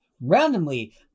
randomly